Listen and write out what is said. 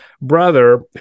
brother